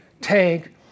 tank